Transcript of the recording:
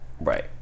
right